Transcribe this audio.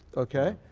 okay.